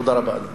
תודה רבה.